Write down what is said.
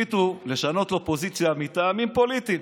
החליטו לשנות לו פוזיציה מטעמים פוליטיים,